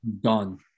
done